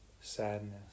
sadness